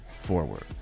forward